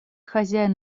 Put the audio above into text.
хозяин